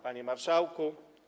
Panie Marszałku!